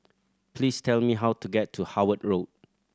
please tell me how to get to Howard Road